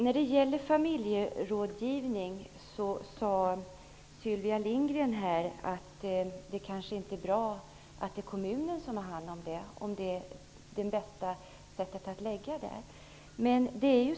Fru talman! Sylvia Lindgren sade att det kanske inte är bra att det är kommunen som har hand om familjerådgivningen. Det är kanske inte det bästa sättet att lägga den där.